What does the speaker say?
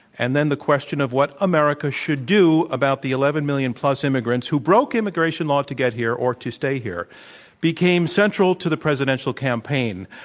and then the question of what america should do about the eleven million plus immigrants who broke immigration law to get here or to stay here became central to the presidential campaign.